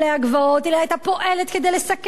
אלא היתה פועלת כדי לסכל את האלימות.